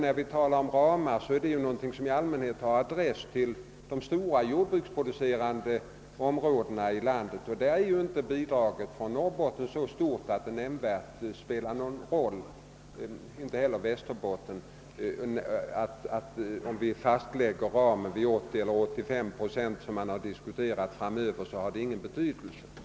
När vi talar om ramar är det därför något som har adress till de stora jordbruksområdena i landet, och för jordbruksproduktionen i Norrbotten och Västerbotten spelar det ingen nämnvärd roll om vi fastställer ramen vid 80 eller 85 procent.